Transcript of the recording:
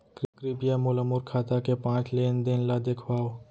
कृपया मोला मोर खाता के पाँच लेन देन ला देखवाव